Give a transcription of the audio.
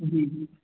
जी